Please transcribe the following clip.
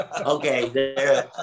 okay